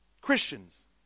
Christians